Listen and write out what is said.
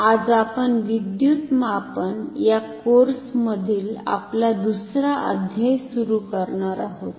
आज आपण विद्युत मापन या कोर्समधील आपला दुसरा अध्याय सुरू करणार आहोत